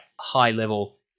high-level